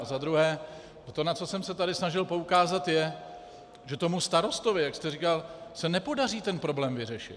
A za druhé, to, na co jsem se tady snažil poukázat, je, že starostovi, jak jste říkal, se nepodaří ten problém vyřešit.